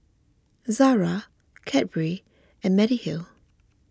Zara Cadbury and Mediheal